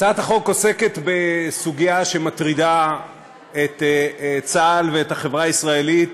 הצעת החוק עוסקת בסוגיה שמטרידה את צה"ל ואת החברה הישראלית